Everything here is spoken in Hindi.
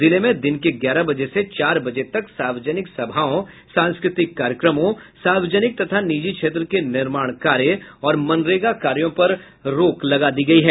जिले में दिन के ग्यारह बजे से चार बजे तक सार्वजनिक सभाओं सांस्कृतिक कार्यक्रमों सार्वजिनक तथा निजी क्षेत्र के निर्माण कार्य और मनरेगा कार्यों पर रोक लगा दी गई है